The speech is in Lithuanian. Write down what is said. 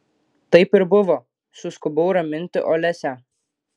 taip ir buvo suskubau raminti olesią